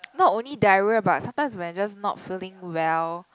not only diarrhea but sometimes when I'm just not feeling well